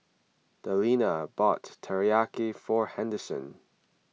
Delina bought Teriyaki for Henderson